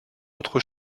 autre